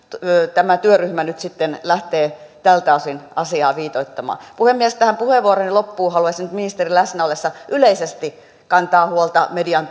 tämä työryhmä nyt sitten lähtee tältä osin asiaa viitoittamaan puhemies tähän puheenvuoroni loppuun haluaisin nyt ministerin läsnä ollessa yleisesti kantaa huolta median